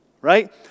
Right